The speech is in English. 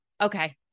Okay